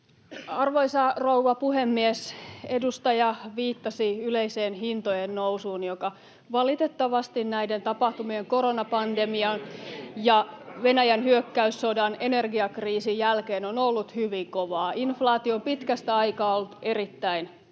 Arvoisa rouva puhemies! Edustaja viittasi yleiseen hintojen nousuun, joka valitettavasti näiden tapahtumien eli koronapandemian [Keskustan ryhmästä ja vasemmalta: Ei!] ja Venäjän hyökkäyssodan ja energiakriisin jälkeen on ollut hyvin kovaa. Inflaatio on pitkästä aikaa ollut erittäin kovaa.